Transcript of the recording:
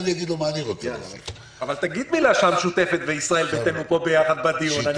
מלה שהמשותפת וישראל ביתנו פה ביחד בדיון....